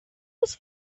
روز